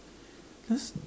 that's